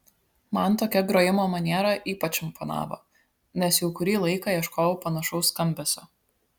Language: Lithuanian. man tokia grojimo maniera ypač imponavo nes jau kurį laiką ieškojau panašaus skambesio